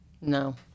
No